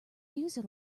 user